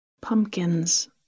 Pumpkins